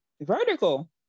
vertical